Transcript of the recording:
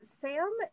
sam